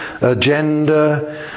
agenda